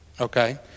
okay